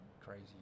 crazy